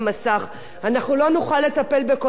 אנחנו לא נוכל לטפל בכל התחלואה הזאת.